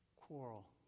quarrel